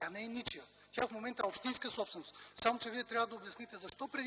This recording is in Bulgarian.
Тя не е ничия. Тя в момента е общинска собственост, само че вие трябва да обясните защо преди